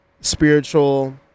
spiritual